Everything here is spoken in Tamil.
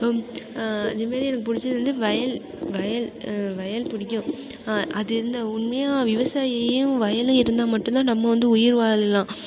அதேமாரி எனக்கு பிடிச்சது வந்து வயல் வயல் வயல் பிடிக்கும் அது இருந்தால் உண்மையாக விவசாயியும் வயலும் இருந்தால் மட்டுந்தான் நம்ம வந்து உயிர் வாழலாம்